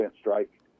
strike